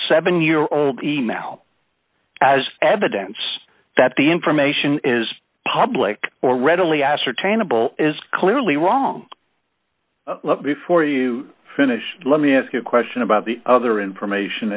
seven year old e mail as evidence that the information is public or readily ascertainable is clearly wrong before you finish let me ask you a question about the other information